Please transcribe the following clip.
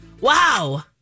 Wow